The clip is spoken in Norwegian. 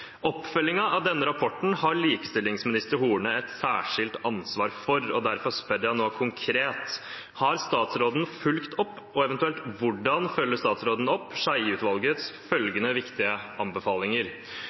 av denne rapporten har likestillingsminister Horne et særskilt ansvar for. Derfor spør jeg nå konkret: Har statsråden fulgt opp, og eventuelt hvordan følger statsråden opp